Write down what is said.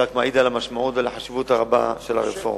זה רק מעיד על המשמעות ועל החשיבות הרבה של הרפורמה.